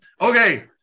Okay